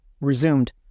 Resumed